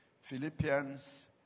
Philippians